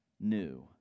new